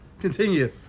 Continue